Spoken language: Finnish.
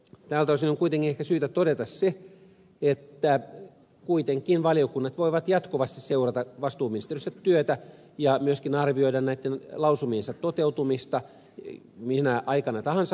tältä osin on kuitenkin ehkä syytä todeta että valiokunnat kuitenkin voivat jatkuvasti seurata vastuuministeriönsä työtä ja myöskin arvioida lausumiensa toteutumista minä aikana vuodesta tahansa